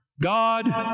God